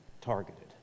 targeted